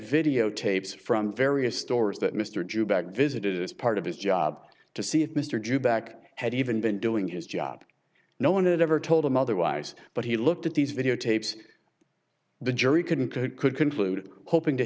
videotapes from various stores that mr jew back visited as part of his job to see if mr jew back had even been doing his job no one had ever told him otherwise but he looked at these videotapes the jury couldn't could conclude hoping to